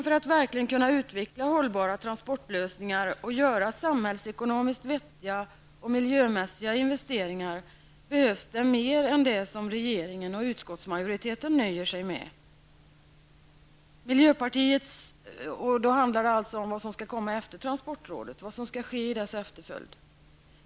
För att verkligen kunna utveckla hållbara transportlösningar och göra samhällsekonomiskt vettiga och miljömässiga investeringar behövs det mer än det som regeringen och utskottsmajoriteten nöjer sig med. Det handlar nu om vad som skall komma efter transportrådet, vad som skall ske i dess efterföljd.